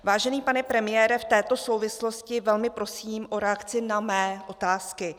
Vážený pane premiére, v této souvislosti velmi prosím o reakci na své otázky.